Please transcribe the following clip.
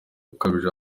ukabije